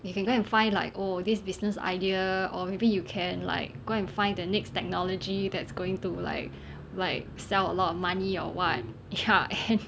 you can go and find like oh this business idea or maybe you can like go and find the next technology that's going to like like sell a lot of money or what ya and